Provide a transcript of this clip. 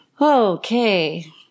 okay